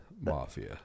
mafia